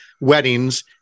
weddings